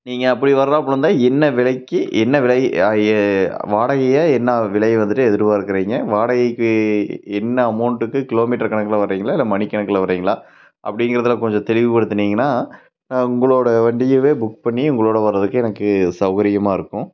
நீங்கள் அப்படி வர்றாப்ல இருந்தால் என்ன விலைக்கு என்ன விலை வாடகை என்ன விலை வந்துவிட்டு எதிர்பார்க்குறீங்க வாடகைக்கு என்ன அமவுண்ட்டுக்கு கிலோமீட்ரு கணக்கில் வர்றீங்களா இல்லை மணிக்கணக்கில் வர்றீங்களா அப்படிங்கிறதுல கொஞ்சம் தெளிவு படுத்துனீங்கன்னா உங்களோட வண்டிய புக் பண்ணி உங்களோட வர்றதுக்கு எனக்கு சவுகரியமா இருக்கும்